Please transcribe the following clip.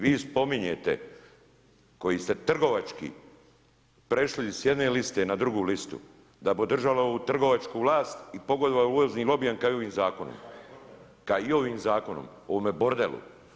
Vi spominjete koji ste trgovački prešli s jedne liste na drugu listu da bi održali ovu trgovačku vlast i pogodovali uvoznim lobijem kao i ovim zakonom, kao i ovim zakonom, ovome bordelu.